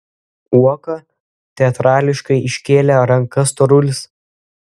uoka teatrališkai iškėlė rankas storulis